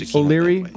O'Leary